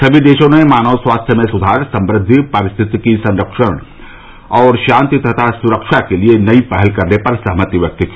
सभी देशों ने मानव स्वास्थ्य में सुधार समृद्धि पारिस्थितिकी संरक्षण और शांति तथा सुरक्षा के लिए नई पहल करने पर सहमति व्यक्त की